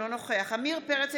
אינו נוכח עמיר פרץ,